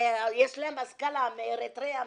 ויש להם השכלה מאריתריאה,